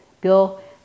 bill